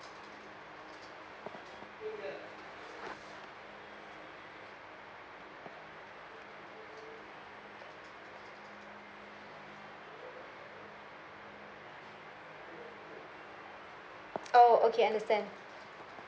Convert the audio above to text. oh okay understand